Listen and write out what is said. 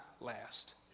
last